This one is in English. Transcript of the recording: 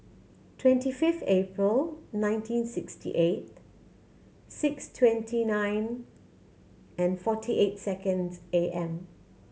twenty fifth April nineteen sixty eight six twenty nine and forty eight seconds A M